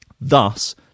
Thus